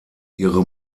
ihre